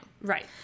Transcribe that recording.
right